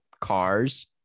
cars